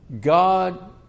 God